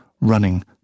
running